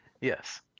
Yes